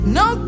no